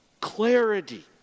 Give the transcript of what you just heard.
clarity